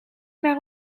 naar